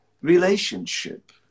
relationship